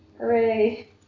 Hooray